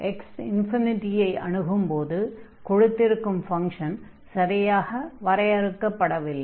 x ∞ ஐ அணுகும்போது கொடுத்திருக்கும் ஃபங்ஷன் சரியாக வரையறுக்கபடவில்லை